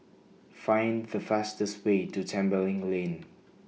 Find The fastest Way to Tembeling Lane